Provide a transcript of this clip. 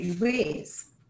ways